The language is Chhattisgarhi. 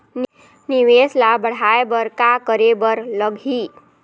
निवेश ला बढ़ाय बर का करे बर लगही?